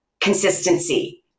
consistency